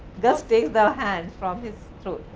gus takes the hands from his throat.